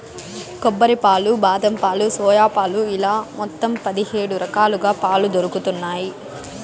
కొబ్బరి పాలు, బాదం పాలు, సోయా పాలు ఇలా మొత్తం పది హేడు రకాలుగా పాలు దొరుకుతన్నాయి